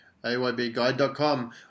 AYBguide.com